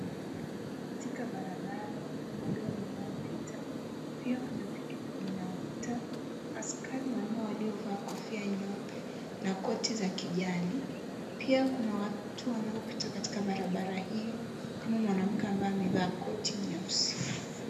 Katika barabara kuna magari yanayopita. Pia kuna pikipiki inayopita. Askari wanne waliovaa kofia nyeupe na koti za kijani. Pia kuna watu wanaopita katika barabara hiyo kama mwanamke aliyevaa koti nyeusi.